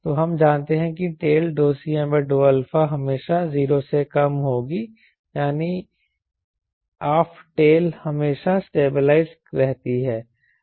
तो हम जानते हैं कि टेल Cm∂α हमेशा 0 से कम होगी यानी ऐफ्ट टेल हमेशा स्टेबलाइज़ रहती है